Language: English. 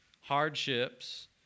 hardships